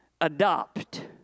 adopt